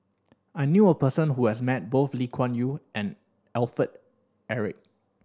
I knew a person who has met both Lee Kuan Yew and Alfred Eric